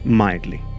mildly